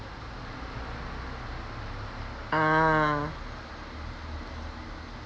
ah